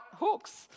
hooks